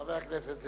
חבר הכנסת זאב,